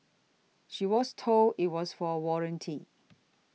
she was told it was for warranty